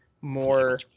more